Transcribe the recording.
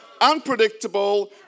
unpredictable